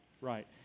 Right